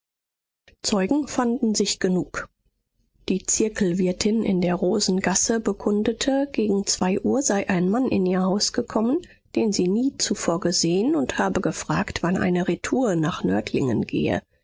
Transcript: zeugen fanden sich genug die zirkelwirtin in der rosengasse bekundete gegen zwei uhr sei ein mann in ihr haus gekommen den sie nie zuvor gesehen und habe gefragt wann eine retour nach nördlingen gehe